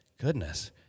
Goodness